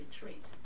retreat